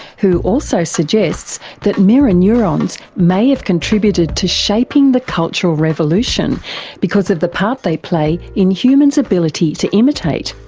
who also suggests that mirror neurons may have contributed to shaping the cultural revolution because of the part they play in humans' ability to imitate.